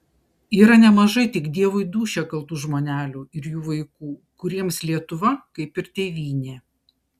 yra nemažai tik dievui dūšią kaltų žmonelių ir jų vaikų kuriems lietuva kaip ir tėvynė